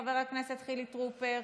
חבר הכנסת חילי טרופר,